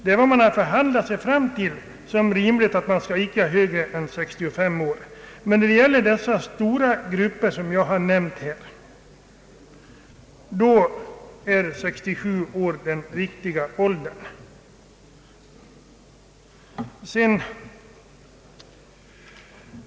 Det är vad man har förhandlat sig till såsom en rimlig pensionsålder, och där är det inte fråga om högre pensionsålder än 65 år, men när det gäller de stora grupper jag här nämnt är 67 år den riktiga åldern.